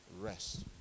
rest